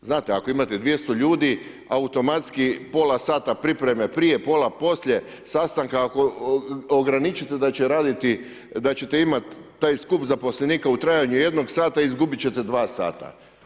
Znate, ako imate 200 ljudi automatski pola sata pripreme prije, pola poslije sastanka, ako ograničite da će raditi, da ćete imati taj skup zaposlenika u trajanju jednog sata izgubiti ćete dva sata.